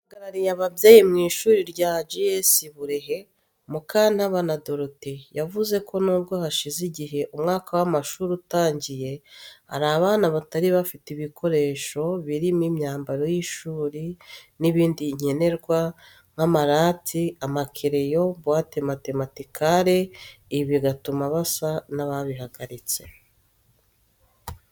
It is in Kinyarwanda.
Uhagarariye ababyeyi mu ishuri rya GS Burehe, Mukantabana Dorothea, Yavuze ko n’ubwo hashize igihe umwaka w’amashuri utangiye, hari abana batari bafite ibikoresho, birimo imyambaro y’ishuri n’ibindi nkenerwa nk'amarati, amakereyo, buwate matematikare ,ibi bigatuma basa n’ababihagaritse.